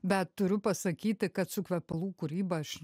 bet turiu pasakyti kad su kvepalų kūryba aš